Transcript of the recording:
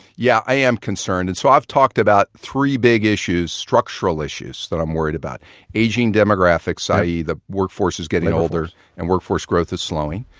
yeah, i am concerned. and so, i've talked about three big issues, structural issues, that i'm worried about aging demographics, the the workforce is getting older and workforce growth is slowing.